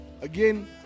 again